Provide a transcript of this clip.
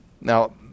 now